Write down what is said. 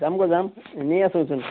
যাম দে যাম এনেই আছোচোন